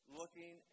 looking